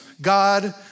God